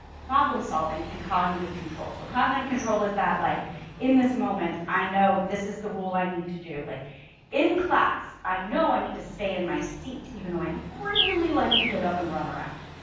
problem solving and cognitive control. so cognitive control is that like in this moment i know this is the rule i need to do. like in class i know i need to stay in my seat even though i really like to get up and run around,